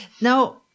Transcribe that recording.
Now